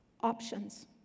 options